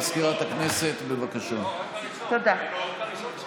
אני שוב מזכיר: נדרשים 61